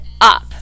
up